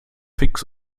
fix